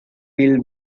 will